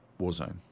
Warzone